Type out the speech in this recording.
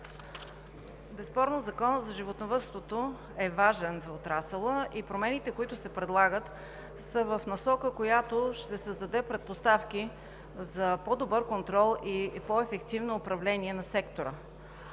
Безспорно Законът за животновъдството е важен за отрасъла и промените, които се предлагат, са в насока, която ще създаде предпоставки за по добър контрол и по-ефективно управление на сектора.